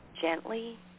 gently